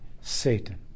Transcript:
Satan